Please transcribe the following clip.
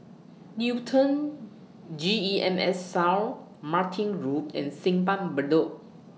Newton G E M S South Martin Road and Simpang Bedok